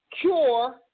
cure